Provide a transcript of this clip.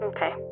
Okay